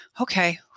Okay